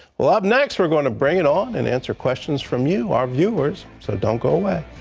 well, up next, we're going to bring it on and answer questions from you, our viewers, so don't go away.